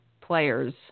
players